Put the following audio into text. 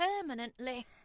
permanently